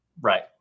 Right